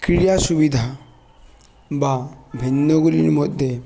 ক্রীড়া সুবিধা বা ভিন্নগুলির মধ্যে